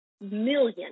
million